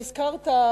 והזכרת,